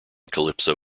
calypso